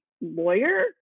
lawyer